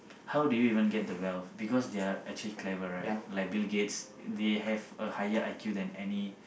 how do you even get their wealth because they're actually clever right like Bill-Gates they have a higher I_Q than any